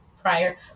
prior